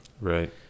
Right